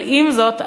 אבל עם זאת,